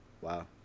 wow